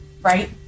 right